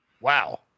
Wow